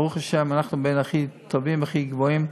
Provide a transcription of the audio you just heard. וברוך השם אנחנו בין הכי טובים והכי גבוהים,